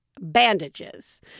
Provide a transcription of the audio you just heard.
bandages